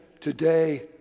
today